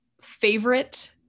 favorite